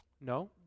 No